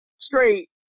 straight